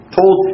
told